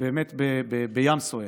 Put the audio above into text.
באמת בים סוער.